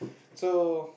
so